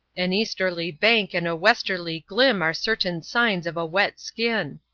an easterly bank and a westerly glim are certain signs of a wet skin!